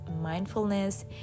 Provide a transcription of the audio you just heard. mindfulness